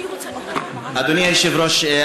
אדוני היושב-ראש,